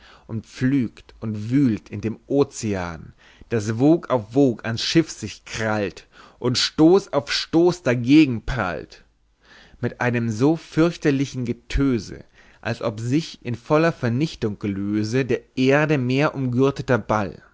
und pflügt und wühlt in dem ozean daß wog auf wog ans schiff sich krallt und stoß auf stoß dagegen prallt mit einem so fürchterlichen getöse als ob sich in voller vernichtung löse der erde meerumgürteter